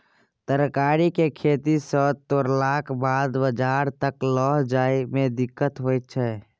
तरकारी केँ खेत सँ तोड़लाक बाद बजार तक लए जाए में दिक्कत होइ छै